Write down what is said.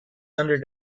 under